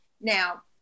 Now